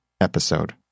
episode